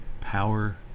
Power